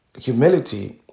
humility